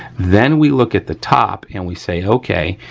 then we look at the top and we say, okay,